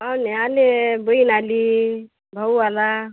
हं पाहुणे आले बहीण आली भाऊ आला